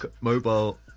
Mobile